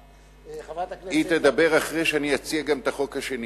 היא תדבר אחרי שאני אציע את החוק השני.